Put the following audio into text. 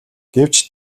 гэвч